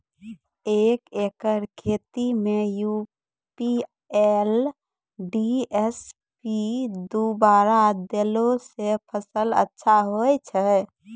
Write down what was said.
एक एकरऽ खेती मे आई.पी.एल डी.ए.पी दु बोरा देला से फ़सल अच्छा होय छै?